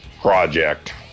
project